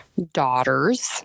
Daughters